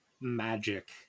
magic